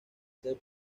ser